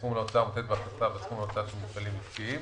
הסכום להוצאה המותנית בהכנסה והסכום להוצאה של מפעלים עסקיים,